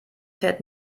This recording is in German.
fährt